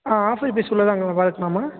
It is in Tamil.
ஆ ஆஃபர் பீஸுக்கு உள்ளதை அங்கே பார்க்கலாமா